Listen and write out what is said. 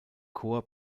chor